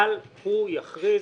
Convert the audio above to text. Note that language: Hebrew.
אבל הוא יכריז,